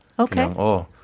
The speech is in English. Okay